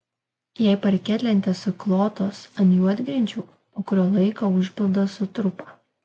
jei parketlentės suklotos ant juodgrindžių po kurio laiko užpildas sutrupa